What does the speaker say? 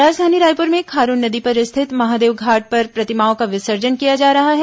राजधानी रायपुर में खारून नदी पर स्थित महादेवघाट पर प्रतिमाओं का विसर्जन किया जा रहा है